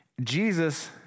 Jesus